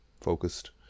focused